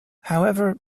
however